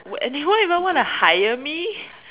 would anyone even wanna hire me